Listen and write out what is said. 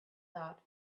thought